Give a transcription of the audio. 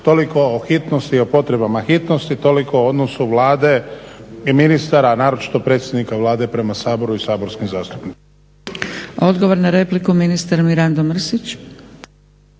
Toliko o hitnosti i o potrebama hitnosti, toliko o odnosu Vlade i ministara a naročito predsjednika Vlade prema Saboru i saborskim zastupnicima. **Zgrebec, Dragica (SDP)** Odgovor na repliku ministar Mirando Mrsić.